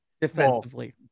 Defensively